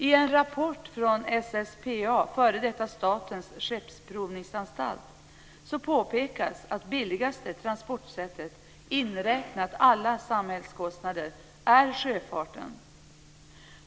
I en rapport från f.d. Statens skeppsprovningsanstalt, SSPA, påpekas att det billigaste transportsättet inräknat alla samhällskostnader är sjöfarten.